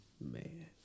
Man